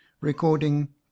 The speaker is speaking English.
Recording